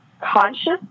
conscious